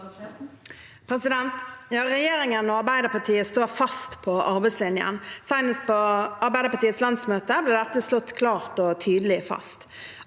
Regjerin- gen og Arbeiderpartiet står fast på arbeidslinjen. Senest på Arbeiderpartiets landsmøte ble dette slått klart og tydelig fast.